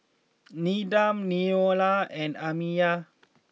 Needham Neola and Amiyah